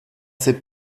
ses